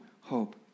hope